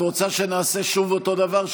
את רוצה שנעשה שוב אותו דבר,